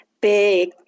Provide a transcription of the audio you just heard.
Big